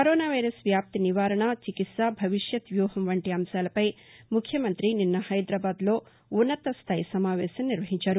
corona virus వ్యాప్తి నివారణ చికిత్స భవిష్యత్ వ్యూహం వంటి అంశాలపై ముఖ్యమంతి నిన్న హైదరాబాద్లో ఉన్నతస్థాయి సమావేశం నిర్వహించారు